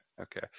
Okay